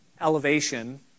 elevation